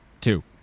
Two